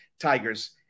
Tigers